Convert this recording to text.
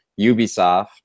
Ubisoft